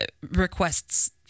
requests